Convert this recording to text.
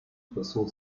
посол